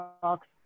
talks